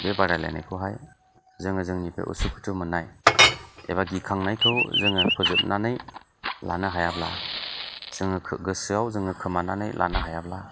बे बादायलायनायखौहाय जोङो जोंनि बे उसुखुथु मोननाय एबा गिखांनायखौ जोङो फोजोबनानै लानो हायाब्ला जोङो गोसोआव जोङो खोमानानै लानो हायाब्ला